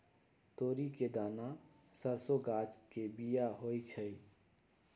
तोरी के दना सरसों गाछ के बिया होइ छइ